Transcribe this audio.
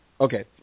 Okay